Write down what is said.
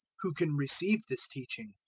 who can receive this teaching,